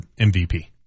MVP